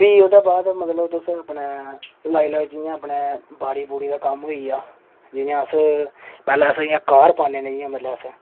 फ्ही ओह्दे बाद मतलब तुस अपने लाई लैओ जि'यां अपने बाड़ी दा कम्म होई गेआ जि'यां अस पैह्लें अस काह्र पाई लैन्ने अस